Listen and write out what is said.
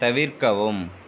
தவிர்க்கவும்